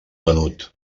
venut